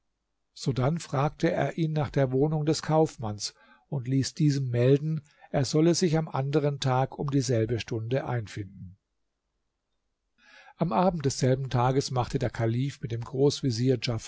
sodann fragte er ihn nach der wohnung des kaufmanns und ließ diesem melden er solle sich am anderen tag um dieselbe stunde einfinden am abend desselben tages machte der kalif mit dem